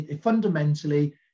fundamentally